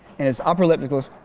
and his upper lip goes